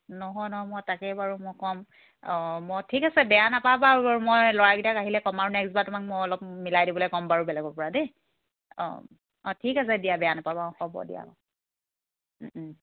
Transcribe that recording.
নহয় নহয় মই তাকেই বাৰু মই ক'ম অঁ মই ঠিক আছে বেয়া নাপাব বাৰু মই ল'ৰাকেইটাক আহিলে কম আৰু নেক্সটবাৰ তোমাক মই অলপ মিলাই দিবলে ক'ম বাৰু বেলেগৰ পৰা দেই অঁ অঁ ঠিক আছে দিয়া বেয়া নাপাব অঁ হ'ব দিয়া